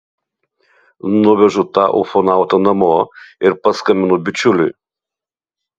nuvežu tą ufonautą namo ir paskambinu bičiuliui